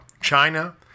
China